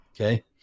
Okay